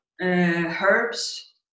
herbs